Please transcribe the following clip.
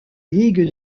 ligue